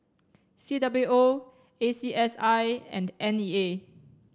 C W O A C S I and N E A